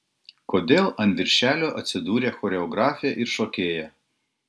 kodėl ant viršelio atsidūrė choreografė ir šokėja